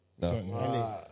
No